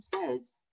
says